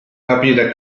rapire